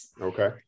okay